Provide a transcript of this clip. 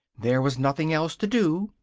there was nothing else to do,